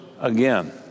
again